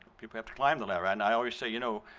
people have to climb the ladder. and i always say, you know,